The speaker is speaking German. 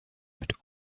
mit